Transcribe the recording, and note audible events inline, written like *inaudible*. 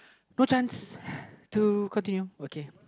no chance *breath* to continue okay